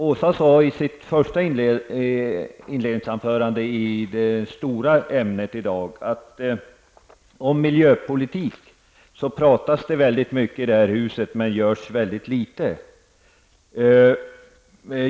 Åsa Domeij sade i sitt första inlägg i dag att om miljöpolitik talas det väldigt mycket om i det här huset, men det görs väldigt litet.